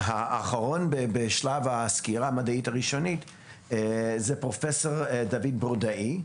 האחרון בשלב הסקירה המדעית הראשונית הוא פרופסור דוד ברודאי,